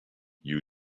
you